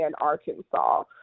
Arkansas